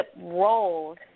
roles